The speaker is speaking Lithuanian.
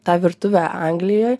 tą virtuvę anglijoj